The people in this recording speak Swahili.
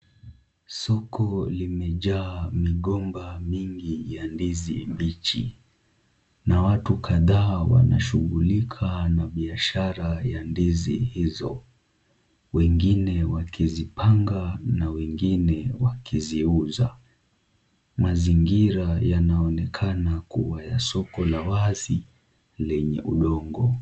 Soko limejaa migomba mingi ya ndizi mbichi na watu kadhaa wanashugulika na biashara ya ndizi hizo, wengine wakizipanga na wengine wakiziuza. Mazingira yanaonekana kuwa ya soko la wazi lenye udongo.